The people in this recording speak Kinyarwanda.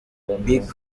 big